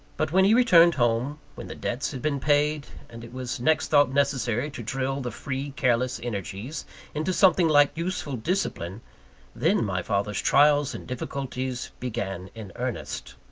but when he returned home when the debts had been paid, and it was next thought necessary to drill the free, careless energies into something like useful discipline then my father's trials and difficulties began in earnest.